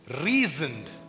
reasoned